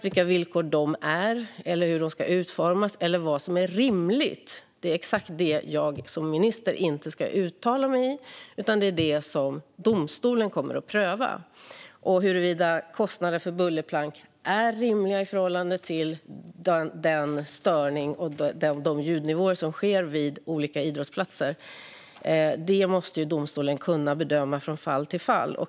Vilka villkoren är, hur de ska utformas eller vad som är rimligt är exakt det som jag som minister inte ska uttala mig om, utan det kommer domstolen att pröva. Huruvida kostnaderna för bullerplank är rimliga i förhållande till störningarna och ljudnivåerna vid olika idrottsplatser måste domstolen kunna bedöma från fall till fall.